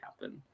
happen